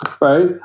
right